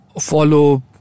follow